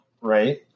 right